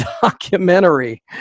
documentary